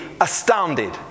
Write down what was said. astounded